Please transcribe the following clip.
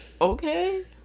Okay